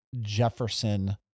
Jefferson